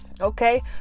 Okay